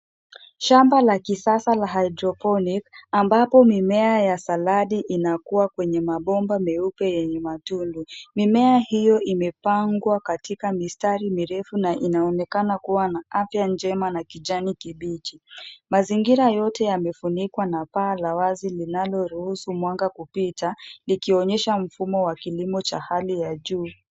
Shamba la kisasa la hydroponic ambapo mimea ya saladi inakua kwenye mabomba meupe yenye matundu. Mimea hiyo imepangwa katika mistari mirefu na inaonekana kuwa na afya njema na kijani kibichi. Mazingira yote yamefunikwa na paa la wazi linaloruhusu mwanga kupita, likionyesha mfumo wa kilimo cha hali ya juu.